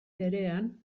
berean